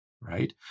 right